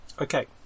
Okay